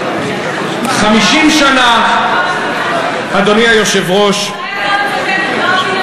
50 שנה, אדוני היושב-ראש, אתה יכול לצטט את רבין,